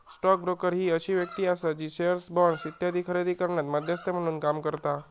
stock broker ही अशी व्यक्ती आसा जी शेअर्स, बॉण्ड्स इत्यादी खरेदी करण्यात मध्यस्थ म्हणून काम करता